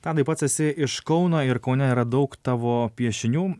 tadai pats esi iš kauno ir kaune yra daug tavo piešinių